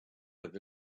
would